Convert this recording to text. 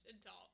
adult